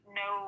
no